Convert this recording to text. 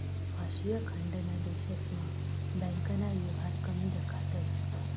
आशिया खंडना देशस्मा बँकना येवहार कमी दखातंस